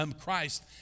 Christ